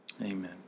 amen